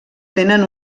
tenen